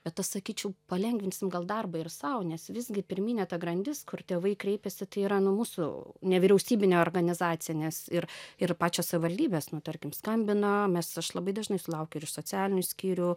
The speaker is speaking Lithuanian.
be to sakyčiau palengvinsim gal darbą ir sau nes visgi pirminė ta grandis kur tėvai kreipiasi tai yra nu mūsų nevyriausybinė organizacija nes ir ir pačios savivaldybės nu tarkim skambina mes aš labai dažnai sulaukiu ir iš socialinių skyrių